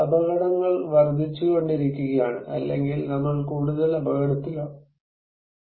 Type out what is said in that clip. അപകടങ്ങൾ വർദ്ധിച്ചുകൊണ്ടിരിക്കുകയാണ് അല്ലെങ്കിൽ നമ്മൾ കൂടുതൽ അപകടത്തിലാണ്